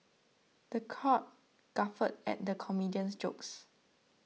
the crowd guffawed at the comedian's jokes